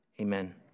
amen